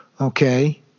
okay